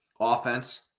Offense